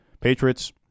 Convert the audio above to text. Patriots